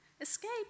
escape